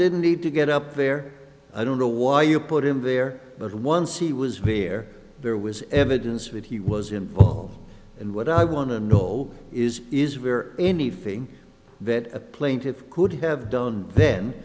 didn't need to get up there i don't know why you put him there but once he was here there was evidence that he was involved and what i want to know is is very anything that a plaintiff could have done then